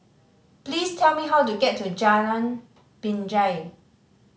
please tell me how to get to Jalan Binjai